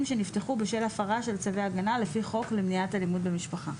שנפתחו בשל הפרה של צווי הגנה לפי חוק למניעת אלימות במשפחה.